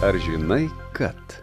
ar žinai kad